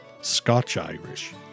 Scotch-Irish